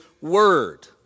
word